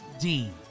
Dean